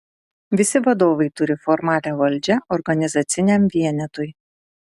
visi vadovai turi formalią valdžią organizaciniam vienetui